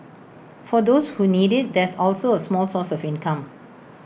for those who need IT there's also A small source of income